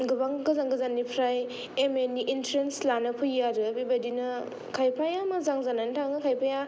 गोबां गोजान गोजाननिफ्राय एम ए नि इनट्रेनस लानो फैयो आरो बेबादिनो खायफाया मोजां जानानै थाङो खायफाया